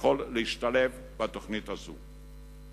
יכול להשתלב בתוכנית זו.